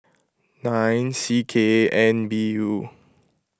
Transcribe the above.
nine C K N B U